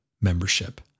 membership